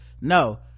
no